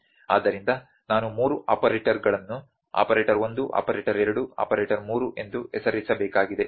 ಆದ್ದರಿಂದ ನಾನು ಮೂರು ಆಪರೇಟರ್ಗಳನ್ನು ಆಪರೇಟರ್ 1 ಆಪರೇಟರ್ 2 ಆಪರೇಟರ್ 3 ಎಂದು ಹೆಸರಿಸಬೇಕಾಗಿದೆ ಸರಿ